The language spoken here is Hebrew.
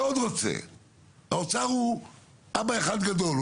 האוצר הוא אבא אחד גדול,